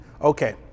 Okay